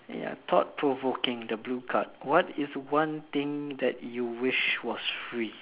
ya thought provoking the blue card what is one thing that you wish was free